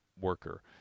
worker